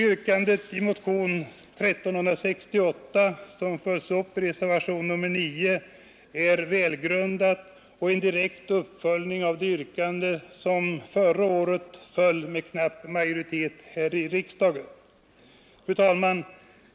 Yrkandet i motionen 1368 som följs upp i reservationen 9 är välgrundat och en direkt uppföljning av det yrkande som förra året föll med knapp majoritet här i riksdagen. Fru talman!